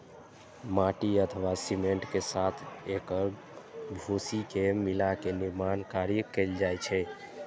माटि अथवा सीमेंट के साथ एकर भूसी के मिलाके निर्माण कार्य कैल जाइ छै